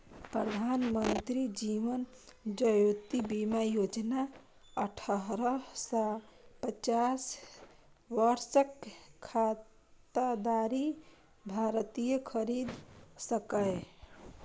प्रधानमंत्री जीवन ज्योति बीमा योजना अठारह सं पचास वर्षक खाताधारी भारतीय खरीद सकैए